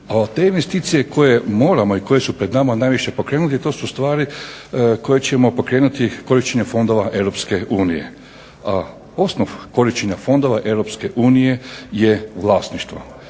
A te investicije koje moramo i koje su pred nama najviše pokrenuti to su stvari koje ćemo pokrenuti korištenjem fondova Europske unije. A osnov korištenja fondova Europske unije je vlasništvo.